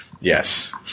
Yes